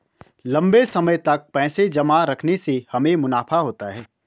लंबे समय तक पैसे जमा रखने से हमें मुनाफा होता है